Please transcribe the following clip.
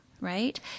right